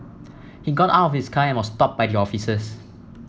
he got out of his car and was stopped by the officers